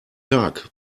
tag